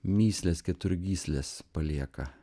mįsles keturgysles palieka